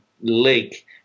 lake